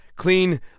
Clean